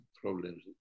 problems